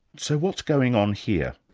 so what's going on here?